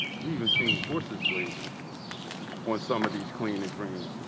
we even seen horses grazing on some of these clean and green,